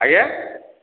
ଆଜ୍ଞା